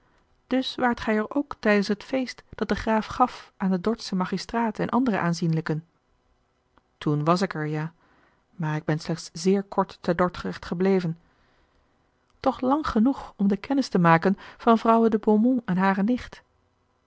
dus waart gij er ook tijdens het feest dat de graaf gaf aan den dordschen magistraat en andere aanzienlijken toen was ik er ja maar ik ben slechts zeer kort te dordrecht gebleven toch lang genoeg om de kennis te maken van vrouwe de beaumont en hare nicht